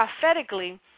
prophetically